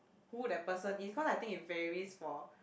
who that person it's cause I think it varies for